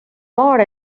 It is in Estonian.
paar